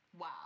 wow